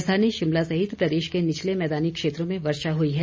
राजधानी शिमला सहित प्रदेश के निचले मैदानी क्षेत्रों में वर्षा हुई है